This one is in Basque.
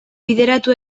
bideratu